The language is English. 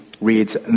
reads